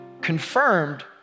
confirmed